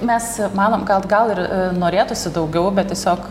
mes manom kad gal ir norėtųsi daugiau bet tiesiog